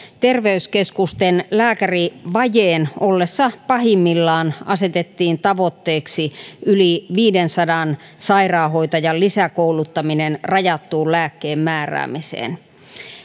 terveyskeskusten lääkärivajeen ollessa pahimmillaan asetettiin tavoitteeksi yli viidensadan sairaanhoitajan lisäkouluttaminen rajattuun lääkkeenmääräämiseen